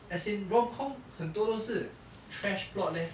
as in rom com 很多都是 trash plot leh